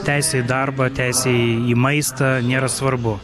teisė į darbą teisė į maistą nėra svarbu